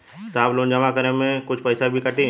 साहब लोन जमा करें में कुछ पैसा भी कटी?